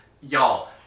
Y'all